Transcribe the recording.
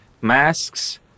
Masks